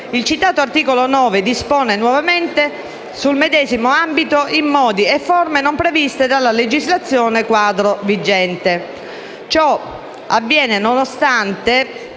il citato articolo 9 dispone nuovamente sul medesimo ambito in modi e forme non previsti dalla legislazione quadro vigente. Ciò avviene nonostante